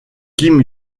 kim